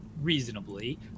reasonably